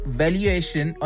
valuation